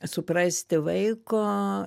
suprasti vaiko